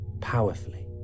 powerfully